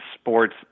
sports